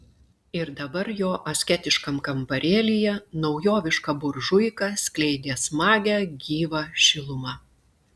ir dabar jo asketiškam kambarėlyje naujoviška buržuika skleidė smagią gyvą šilumą